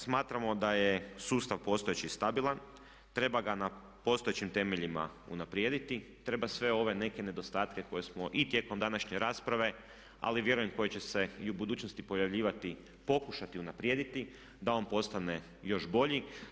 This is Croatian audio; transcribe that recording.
Smatramo da je sustav postojeći stabilan, treba ga na postojećim temeljima unaprijediti, treba sve ove neke nedostatke koje smo i tijekom današnje rasprave, ali vjerujem koje će se i u budućnosti pojavljivati pokušati unaprijediti da on postane još bolji.